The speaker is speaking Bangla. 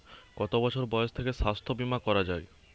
কত বছর বয়স থেকে স্বাস্থ্যবীমা করা য়ায়?